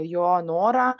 jo norą